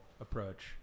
approach